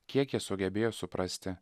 kiek jie sugebėjo suprasti